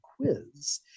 quiz